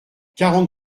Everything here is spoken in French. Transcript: quarante